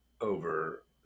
over